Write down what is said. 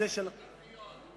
תסלחו לי שאני אומר לכם, מטורפים,